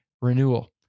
renewal